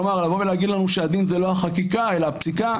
כלומר לבוא ולהגיד לנו שהדין זה לא החקיקה אלא הפסיקה.